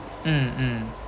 mm mm